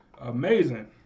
amazing